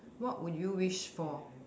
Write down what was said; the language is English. what would you wish for